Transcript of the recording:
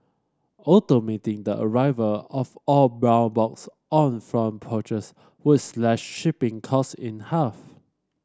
automating the arrival of all brown box on front porches would slash shipping cost in half